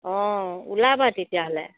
অঁ ওলাবা তেতিয়াহ'লে